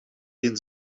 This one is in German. den